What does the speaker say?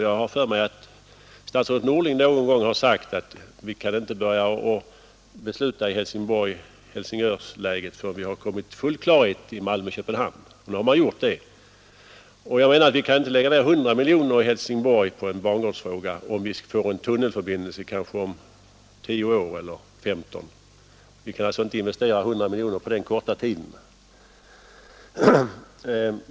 Jag har för mig att statsrådet Norling någon gång har sagt att vi kan inte börja besluta om Helsingborg—Helsingör-läget förrän vi har kommit till full klarhet i fråga om förbindelsen Malmö —Köpenhamn. Nu har man gjort det, och jag menar att vi kan inte lägga ner 100 miljoner i Helsingborg på att lösa en bangårdsfråga, om vi kanske får tunnelförbindelse efter 10 eller 15 år. Vi kan alltså inte investera 100 miljoner för den korta tiden.